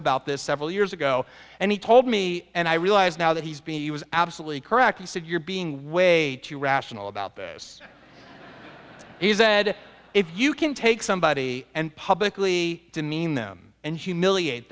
about this several years ago and he told me and i realize now that he's been absolutely correct and said you're being way too rational about this if you can take somebody and publicly demean them and humiliate